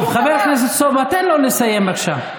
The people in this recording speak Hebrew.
טוב, חבר הכנסת סובה, תן לו לסיים, בבקשה.